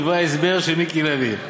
דברי ההסבר של מיקי לוי.